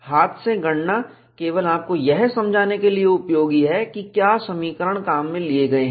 हाथ से गणना केवल आपको यह समझने के लिए उपयोगी है कि क्या समीकरण काम में लिए गए हैं